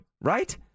right